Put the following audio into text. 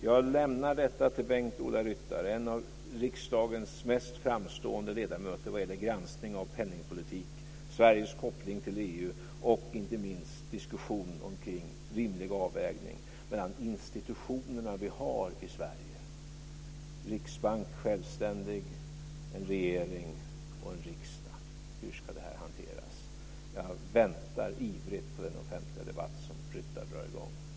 Jag lämnar detta till Bengt-Ola Ryttar, en av riksdagens mest framstående ledamöter vad gäller granskning av penningpolitik, Sveriges koppling till EU och inte minst diskussionen om en rimlig avvägning mellan de institutioner vi har i Sverige: en självständig riksbank, en regering och en riksdag. Hur ska detta hanteras? Jag väntar ivrigt på den offentliga debatt som Ryttar drar i gång.